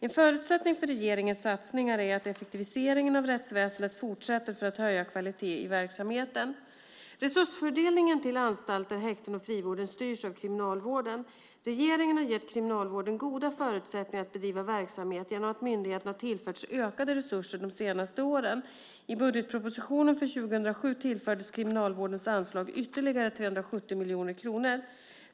En förutsättning för regeringens satsningar är att effektiviseringen av rättsväsendet fortsätter för att höja kvaliteten i verksamheten. Resursfördelningen till anstalter, häkten och frivården styrs av Kriminalvården. Regeringen har gett Kriminalvården goda förutsättningar att bedriva verksamhet genom att myndigheten har tillförts ökade resurser de senaste åren. I budgetpropositionen för 2007 tillfördes Kriminalvårdens anslag ytterligare 370 miljoner kronor.